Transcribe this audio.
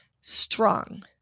Strong